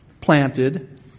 planted